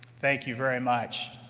thank you very much.